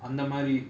அந்த மாரி:antha maari